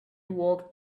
walked